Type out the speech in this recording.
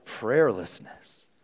prayerlessness